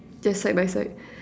just side by side